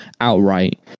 outright